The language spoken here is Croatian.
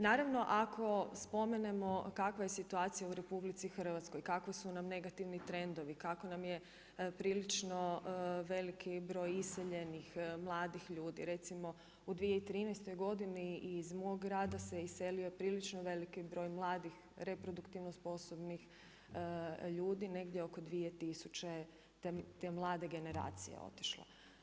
Naravno ako spomenemo kakva je situacija u RH, kakvi su nam negativni trendovi, kako nam je prilično veliki broj iseljenih, mladih ljudi, recimo u 2013. godini iz mog rada se iselilo prilično veliki broj mladih reproduktivno sposobnih ljudi, negdje oko 2000 te mlade generacije je otišlo.